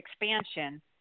expansion –